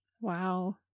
Wow